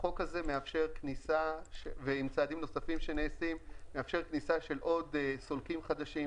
החוק הזה ועם צעדים נוספים שנעשים מאפשר כניסה של עוד סולקים חדשים,